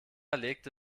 legte